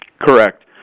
Correct